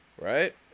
Right